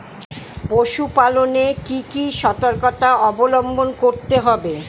পশুপালন এ কি কি সর্তকতা অবলম্বন করতে হবে?